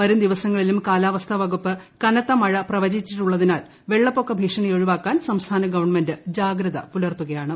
വരും ദിവസങ്ങളിലും കാലാവസ്ഥാ വകുപ്പ് കനത്ത മഴ പ്രവചിച്ചിട്ടുള്ളതിനാൽ വെള്ളപ്പൊക്ക ഭീഷണി ഒഴിവാക്കാൻ സംസ്ഥാന ഗവൺമെന്റ് ജാഗ്രത പുലർത്തുകയാണ്